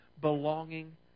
belonging